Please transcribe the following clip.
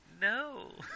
No